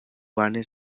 vane